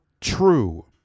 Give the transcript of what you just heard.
true